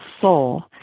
soul